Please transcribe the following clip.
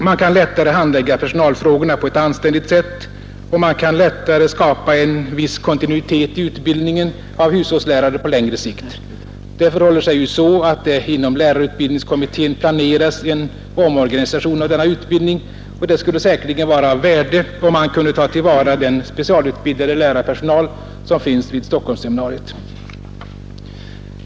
Man kan lättare handlägga personalfrågorna på ett anständigt sätt och man kan lättare skapa en viss kontinuitet i utbildningen av hushållslärare på längre sikt. Det förhåller sig ju så, att det inom lärarutbildningskommittén planeras en omorganisation av denna utbildning, och det skulle säkerligen vara av värde om man kunde ta till vara den specialutbildade lärarpersonal, som finns vid Stockholmsseminariet.